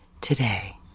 today